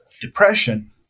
depression